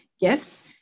gifts